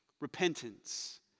Repentance